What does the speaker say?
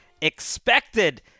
expected